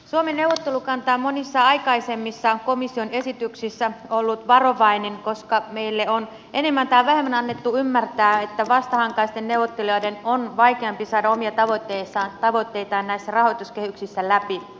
suomen neuvottelukanta on monissa aikaisemmissa komission esityksissä ollut varovainen koska meille on enemmän tai vähemmän annettu ymmärtää että vastahankaisten neuvottelijoiden on vaikeampi saada omia tavoitteitaan näissä rahoituskehyksissä läpi